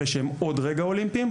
אלה שהם עוד רגע אולימפיים,